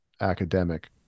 academic